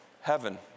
Heaven